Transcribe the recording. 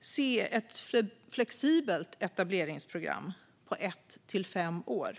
se ett flexibelt etableringsprogram på ett till fem år, likt våra nordiska grannländers system.